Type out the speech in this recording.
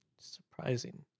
Surprising